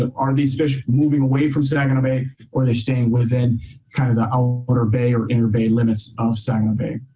are these fish moving away from saginaw bay or are they staying within kind of the outer bay or inner bay limits of saginaw bay.